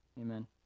Amen